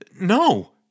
No